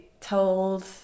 told